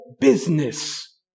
business